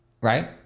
right